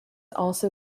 also